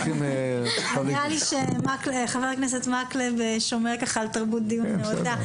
נראה לי שחבר הכנסת מקלב שומר על תרבות דיון נאותה,